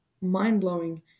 mind-blowing